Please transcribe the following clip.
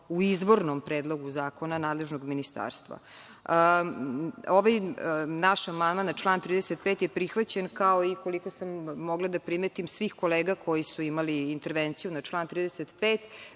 u izvornom predlogu zakona nadležnog ministarstva. Ovaj naš amandman na član 35. je prihvaćen, kao i koliko sam mogla da primetim svih kolega koji su imali intervenciju na član 35,